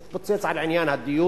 זה התפוצץ על עניין הדיור,